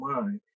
mind